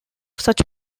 such